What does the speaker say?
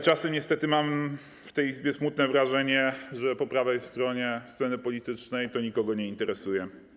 Czasem jednak niestety mam w tej Izbie smutne wrażenie, że po prawej stronie sceny politycznej nikogo to nie interesuje.